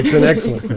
an excellent